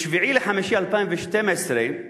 ב-7 במאי 2012,